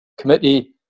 committee